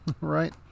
right